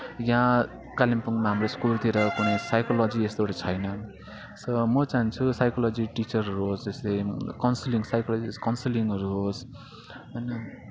यहाँ कालिम्पोङमा हाम्रो स्कुलतिर कुनै साइकोलोजी हो यस्तोहरू छैन म चाहन्छु साइकोलोजी टिचरहरू होस् जस्तै काउन्सिलिङ साइकोलोजी काउन्सिलिङहरू होस् अनि